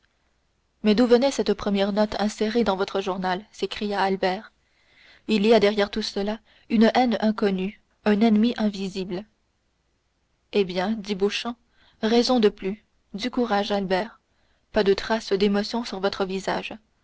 mais d'où venait cette première note insérée dans votre journal s'écria albert il y a derrière tout cela une haine inconnue un ennemi invisible eh bien dit beauchamp raison de plus du courage albert pas de traces d'émotion sur votre visage